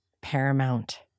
paramount